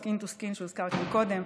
skin to skin שהוזכר פה קודם,